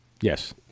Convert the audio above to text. Yes